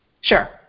Sure